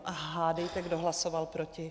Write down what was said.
A hádejte, kdo hlasoval proti?